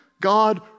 God